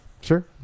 Sure